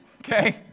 Okay